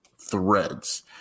threads